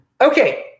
Okay